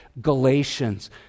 galatians